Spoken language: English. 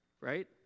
Right